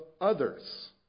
others